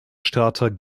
starter